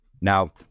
Now